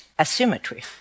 asymmetry